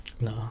No